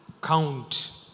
count